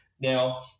Now